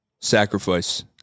sacrifice